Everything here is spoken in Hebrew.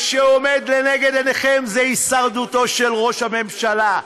מה שעומד לנגד עיניכם זה הישרדותו של ראש הממשלה.